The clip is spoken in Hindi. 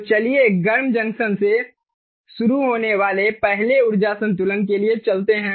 तो चलिए गर्म जंक्शन से शुरू होने वाले पहले ऊर्जा संतुलन के लिए चलते हैं